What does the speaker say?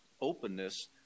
openness